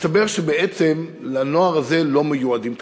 הסתבר שבעצם לנוער הזה לא מיועדים תקנים.